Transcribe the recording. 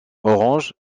orange